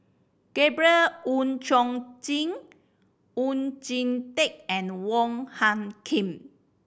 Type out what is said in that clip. Gabriel Oon Chong Jin Oon Jin Teik and Wong Hung Khim